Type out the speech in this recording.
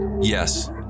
Yes